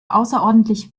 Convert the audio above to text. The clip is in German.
außerordentlich